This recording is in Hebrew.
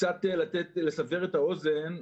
קצת לסבר את האוזן,